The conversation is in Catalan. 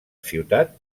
ciutat